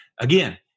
Again